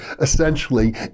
essentially